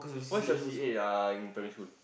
what's your C_C_A uh in primary school